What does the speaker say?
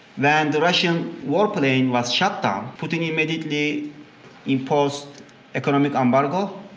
when the russian warplane was shot down, putin immediately imposed economic embargo,